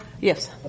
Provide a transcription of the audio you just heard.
yes